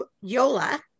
Yola